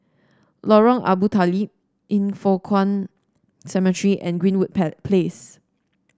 Lorong Abu Talib Yin Foh Kuan Cemetery and Greenwood Place